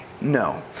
No